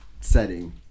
setting